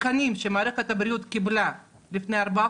התקנים שמערכת הבריאות קיבלה לפני ארבעה